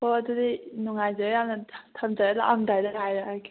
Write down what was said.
ꯍꯣ ꯑꯗꯨꯗꯤ ꯅꯨꯡꯉꯥꯏꯖꯔꯦ ꯌꯥꯝꯅ ꯊꯝꯖꯔꯦ ꯂꯥꯛꯂꯝꯗꯥꯏꯗ ꯍꯥꯏꯔꯛꯂꯒꯦ